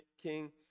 king